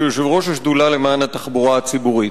שהוא יושב-ראש השדולה למען התחבורה הציבורית.